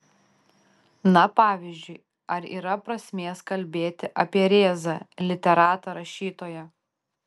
na pavyzdžiui ar yra prasmės kalbėti apie rėzą literatą rašytoją